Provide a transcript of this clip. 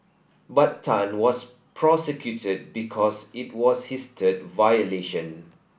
but Tan was prosecuted because it was his third violation